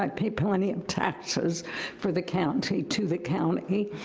like pay plenty of taxes for the county, to the county.